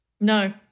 No